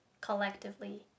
Collectively